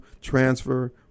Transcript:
transfer